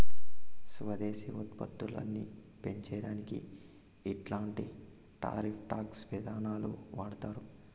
స్వదేశీ ఉత్పత్తులని పెంచే దానికి ఇట్లాంటి టారిఫ్ టాక్స్ విధానాలు వాడతారు